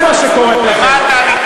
למה אתה מתחפש?